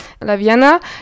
Laviana